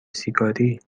سیگاری